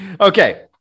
Okay